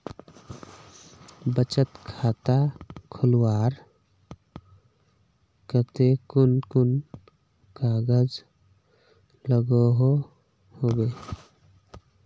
बचत खाता खोलवार केते कुन कुन कागज लागोहो होबे?